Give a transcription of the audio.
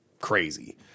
crazy